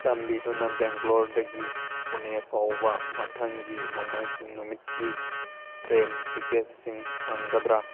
ꯆꯥꯟꯕꯤꯗꯨꯅ ꯕꯦꯡꯒ꯭ꯂꯣꯔꯗꯒꯤ ꯄꯨꯅꯦ ꯐꯥꯎꯕ ꯃꯊꯪꯒꯤ ꯅꯣꯡꯃꯥꯏꯖꯤꯡ ꯅꯨꯃꯤꯠꯀꯤ ꯇ꯭ꯔꯦꯟ ꯇꯤꯀꯦꯠꯁꯤꯡ ꯐꯪꯒꯗ꯭ꯔꯥ